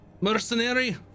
mercenary